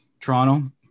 Toronto